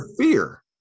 fear